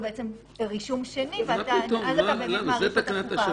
רישום שני ואז אתה מאריך לו את התקופה.